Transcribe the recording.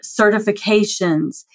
certifications